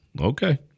Okay